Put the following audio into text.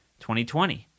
2020